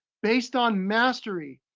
based on mastery.